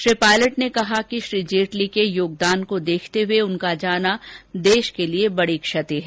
श्री पायलट ने कहा कि श्री जेटली के योगदान को देखते हुए उनका जाना देश के लिए बडी क्षति है